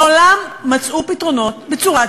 בעולם מצאו פתרונות בצורת,